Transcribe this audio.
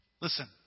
Listen